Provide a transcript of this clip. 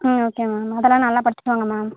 ம் okay ma'am அதெல்லாம் நல்லா படிச்சுருவாங்க மேம்